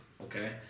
okay